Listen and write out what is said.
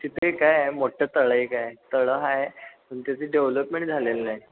तिथे एक काय आहे मोठं तळं एक आहे तळं आहे पण तिथे डेवलपमेंट झालेलं नाही